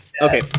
Okay